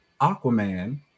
Aquaman